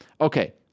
Okay